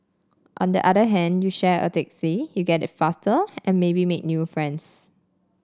on the other hand you share a taxi you get it faster and maybe make new friends